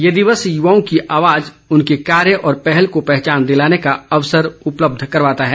यह दिवस युवाओं की आवाज उनके कार्य और पहल को पहचान दिलाने का अवसर उपलब्ध कराता है